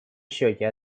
счете